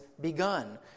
begun